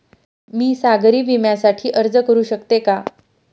मी सागरी विम्यासाठी अर्ज करू शकते का?